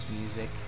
music